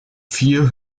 vier